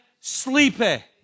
sleepy